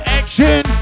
action